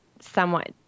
somewhat